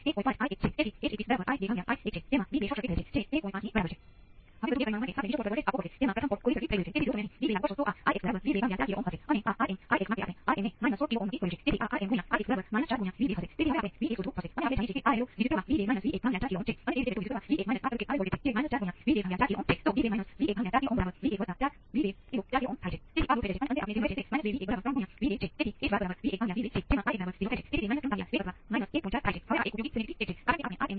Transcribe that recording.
તેથી આનો અર્થ એ પણ છે કે કારણ કે તે એક રેખીય વિકલન સમીકરણ છે અને જો તમારી પાસે t ના Vc નો કોઈ એક ચોક્કસ ઉકેલ હોય તો અમુક k ગુણ્યાં Vc નો t પણ ઉકેલ હોય છે કારણ કે આ તમામ પદોનો ગુણાકાર સમાન k દ્વારા થશે